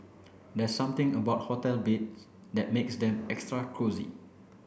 there's something about hotel beds that makes them extra cosy